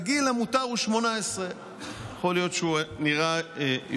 הגיל המותר הוא 18. יכול להיות שהוא נראה יותר